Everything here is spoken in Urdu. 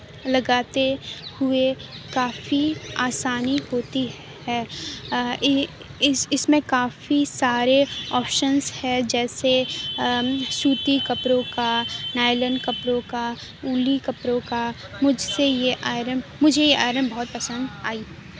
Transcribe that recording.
لگاتے ہوئے کافی آسانی ہوتی ہے اس اس میں کافی سارے آپشنس ہے جیسے سوتی کپڑوں کا نائلن کپڑوں کا اونی کپڑوں کا مجھ سے یہ آئرن مجھے یہ آئرن بہت پسند آئی